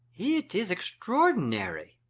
it is extraordinary,